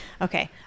Okay